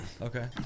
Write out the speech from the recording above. okay